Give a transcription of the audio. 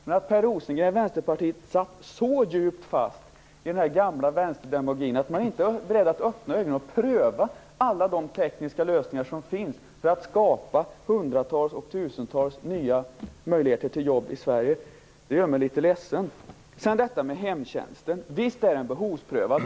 Men att Per Rosengren, Vänsterpartiet, satt så djupt fast i den här gamla vänsterdemagogin att han inte är beredd att öppna ögonen och pröva alla de tekniska lösningar som finns för att skapa hundratals och tusentals nya möjligheter till jobb i Sverige gör mig litet ledsen. Visst är hemtjänsten behovsprövad.